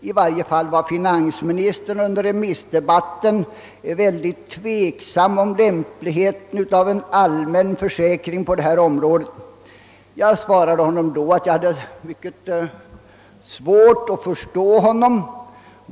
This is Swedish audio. I varje fall var finansministern under remissdebatten mycket tveksam om en allmän försäkring på detta område. Jag svarade honom då att jag hade mycket svårt att förstå honom.